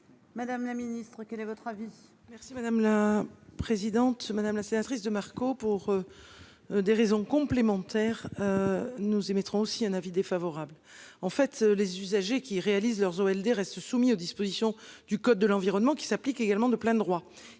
Madame la Ministre, quel est votre avis.